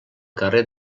carrer